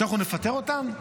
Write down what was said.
שנפטר אותם?